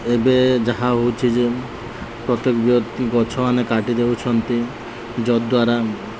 ଏବେ ଯାହା ହେଉଛି ଯେ ପ୍ରତ୍ୟେକ ବ୍ୟକ୍ତି ଗଛମାନେ କାଟି ଦେଉଛନ୍ତି ଯଦ୍ୱାରା